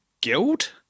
Guild